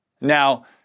Now